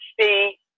see